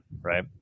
right